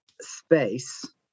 space